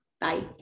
Bye